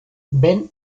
ben